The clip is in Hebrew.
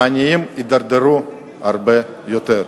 העניים יידרדרו הרבה יותר.